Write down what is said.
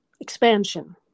expansion